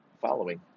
following